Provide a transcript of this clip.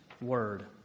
word